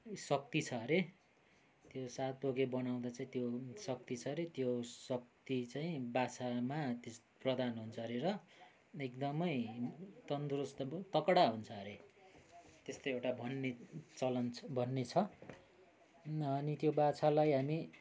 शक्ति छ अरे त्यो सात पोके बनाउँदा चाहिँ त्यो शक्ति छ अरे त्यो शक्ति चाहिँ बाछामा त्यस प्रदान हुन्छ अरे र एकदमै तन्दुरस्त अब तगडा हुन्छ अरे त्यस्तो एउटा भन्ने चलन भन्ने छ अनि त्यो बाछालाई हामी